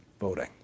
voting